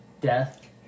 death